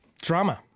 Drama